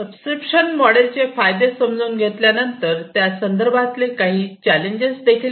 subscription model चे फायदे समजून घेतल्यानंतर त्या संदर्भातले काही चॅलेंजेस देखील पाहू